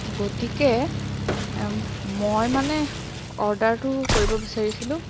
গতিকে মই মানে অৰ্ডাৰটো কৰিব বিচাৰিছিলোঁ